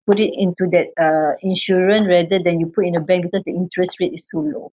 put it into that uh insurance rather than you put in a bank because the interest rate is so low